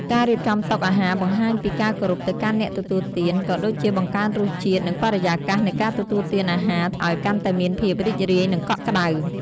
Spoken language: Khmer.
ការរៀបចំតុអាហារបង្ហាញពីការគោរពទៅកាន់អ្នកទទួលទាន ក៏ដូចជាបង្កើនរសជាតិ និងបរិយាកាសនៃការទទួលទានអាហារឱ្យកាន់តែមានភាពរីករាយ និងកក់ក្តៅ។